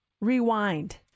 rewind